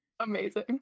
Amazing